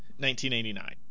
1989